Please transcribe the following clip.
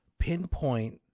pinpoint